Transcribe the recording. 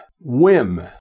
whim